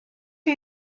chi